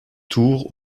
tours